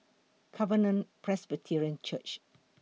Covenant Presbyterian Church